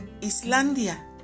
Islandia